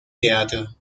teatro